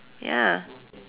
ya